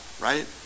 right